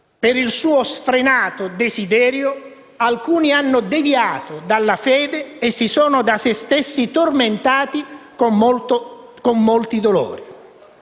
per il suo sfrenato desiderio alcuni hanno deviato dalla fede e si sono da se stessi tormentati con molti dolori».